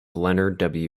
leonard